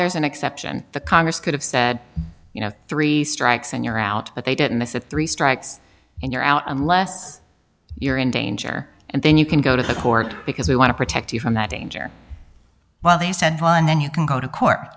there's an exception the congress could have said you know three strikes and you're out but they didn't miss a three strikes and you're out unless you're in danger and then you can go to the court because we want to protect you from that danger while they said well and then you can go to court